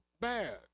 bad